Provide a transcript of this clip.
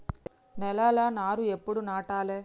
నేలలా నారు ఎప్పుడు నాటాలె?